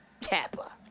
Kappa